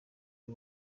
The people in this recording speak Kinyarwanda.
ari